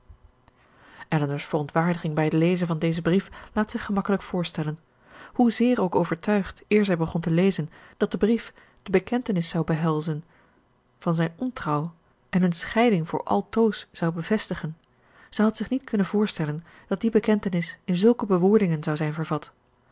elinor's verontwaardiging bij het lezen van dezen brief laat zich gemakkelijk voorstellen hoezeer ook overtuigd eer zij begon te lezen dat de brief de bekentenis zou behelzen van zijn ontrouw en hunne scheiding voor altoos zou bevestigen zij had zich niet kunnen voorstellen dat die bekentenis in zulke bewoordingen zou zijn vervat